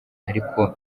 ariko